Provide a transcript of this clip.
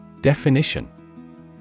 Definition